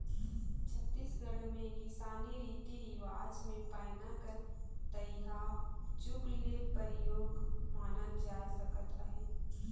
छत्तीसगढ़ मे किसानी रीति रिवाज मे पैना कर तइहा जुग ले परियोग मानल जाए सकत अहे